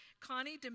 Connie